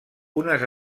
unes